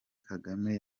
kagame